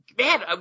man